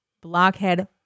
Blockhead